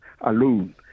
alone